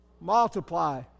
multiply